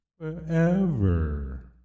Forever